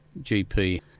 GP